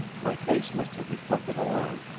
my face must have reflected alarm,